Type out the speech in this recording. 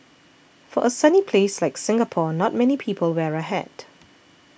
for a sunny place like Singapore not many people wear a hat